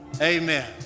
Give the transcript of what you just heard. amen